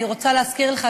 אני רוצה להזכיר לך,